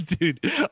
Dude